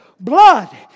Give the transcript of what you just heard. blood